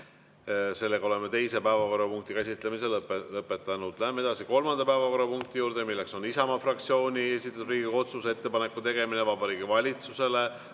ei saa. Oleme teise päevakorrapunkti käsitlemise lõpetanud. Läheme edasi kolmanda päevakorrapunkti juurde, milleks on Isamaa fraktsiooni esitatud Riigikogu otsuse "Ettepaneku tegemine Vabariigi Valitsusele